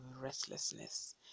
restlessness